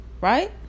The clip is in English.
right